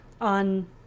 on